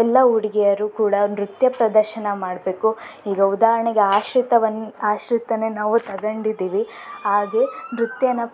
ಎಲ್ಲ ಹುಡುಗಿಯರು ಕೂಡ ನೃತ್ಯ ಪದರ್ಶನ ಮಾಡಬೇಕು ಈಗ ಉದಾಹರಣೆಗೆ ಆಶ್ರಿತವನ್ ಆಶ್ರಿತಾನೇ ನಾವು ತಗಂಡಿದಿವಿ ಹಾಗೇ ನೃತ್ಯನ